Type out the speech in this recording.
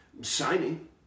signing